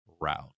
route